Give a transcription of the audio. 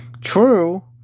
True